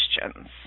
questions